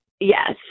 yes